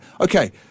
okay